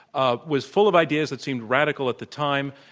ah was full of ideas it seemed radical at the time,